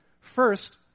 First